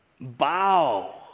bow